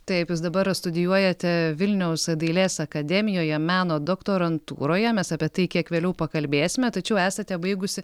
taip jūs dabar studijuojate vilniaus dailės akademijoje meno doktorantūroje mes apie tai kiek vėliau pakalbėsime tačiau esate baigusi